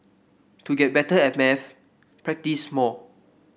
to get better at maths practise more